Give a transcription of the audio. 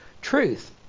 truth